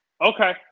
Okay